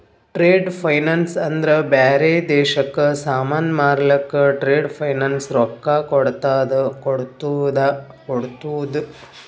trade finance ಅಂದ್ರ ಬ್ಯಾರೆ ದೇಶಕ್ಕ ಸಾಮಾನ್ ಮಾರ್ಲಕ್ ಟ್ರೇಡ್ ಫೈನಾನ್ಸ್ ರೊಕ್ಕಾ ಕೋಡ್ತುದ್